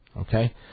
Okay